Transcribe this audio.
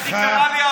איך היא קראה לי?